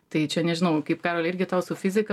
tai čia nežinau kaip karoli irgi tau su fizika